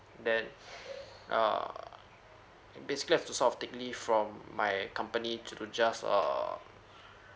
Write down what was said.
then err basically have to sort of take leave from my company to just err